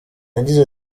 yagize